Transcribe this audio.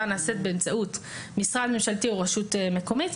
נעשית באמצעות משרד ממשלתי או רשות מקומית,